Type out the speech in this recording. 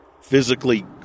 physically